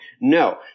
No